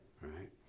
Right